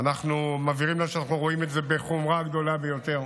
אנחנו מבהירים לה שאנחנו רואים את זה בחומרה גדולה ביותר,